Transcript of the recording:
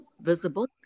Visible